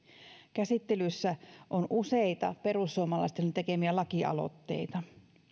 käsittelyssä on useita perussuomalaisten tekemiä lakialoitteita